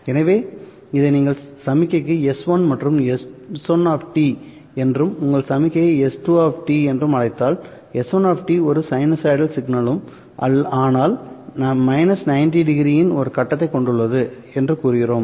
எனவே இதை நீங்கள் சமிக்ஞை S1 மற்றும் S1 என்றும்உங்கள் சமிக்ஞை S2 என்றும் அழைத்தால் S1 ஒரு சைனூசாய்டல் சிக்னலும் ஆனால் 90ᵒ இன் ஒரு கட்டத்தைக் கொண்டுள்ளது என்று கூறுகிறோம்